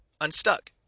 Unstuck